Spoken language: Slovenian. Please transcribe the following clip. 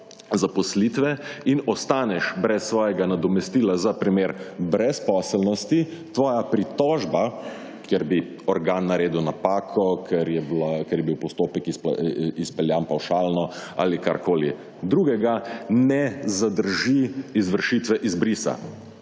zaposlitve in ostaneš brez svojega nadomestila za primer brezposelnosti, tvoja pritožba, ker bi organ naredil napako, ker je bil postopek izpeljan pavšalno ali karkoli drugega, ne zadrži izvršitve izbrisa.